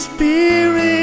Spirit